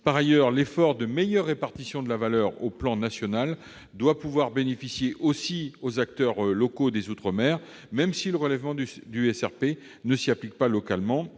Par ailleurs, l'effort de meilleure répartition de la valeur au plan national doit pouvoir bénéficier aussi aux acteurs locaux des outre-mer, et ce même si le relèvement du SRP ne s'y applique pas.